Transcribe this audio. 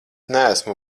neesmu